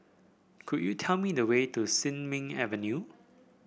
could you tell me the way to Sin Ming Avenue